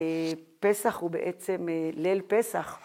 פסח הוא בעצם ליל פסח.